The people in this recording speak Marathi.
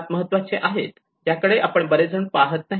हे सर्वात महत्वाचे आहे ज्याकडे बरेच जण पाहत नाही